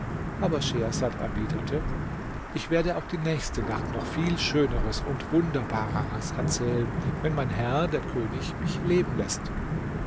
aber schehersad erwiderte ich werde auch die nächste nacht noch viel schöneres und wunderbareres erzählen wenn mein herr der könig mich leben läßt